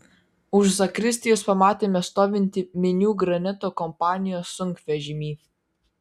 už zakristijos pamatėme stovintį minių granito kompanijos sunkvežimį